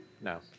No